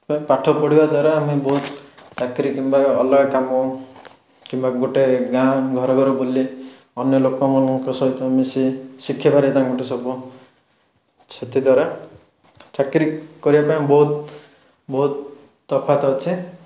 ପାଠ ପଢ଼ିବା ଦ୍ୱାରା ଆମେ ବହୁତ ଚାକିରୀ କିମ୍ବା ଅଲଗା କାମ କିମ୍ବା ଗୋଟାଏ ଗାଁ ଘର ଘର ବୁଲି ଅନ୍ୟ ଲୋକମାନଙ୍କ ସହିତ ମିଶି ଶିଖିବାରେ ତାଙ୍କଠୁ ସବୁ ସେଥିଦ୍ୱାରା ଚାକିରୀ କରିବାପାଇଁ ବହୁତ ବହୁତ ତଫାତ୍ ଅଛି